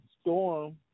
Storm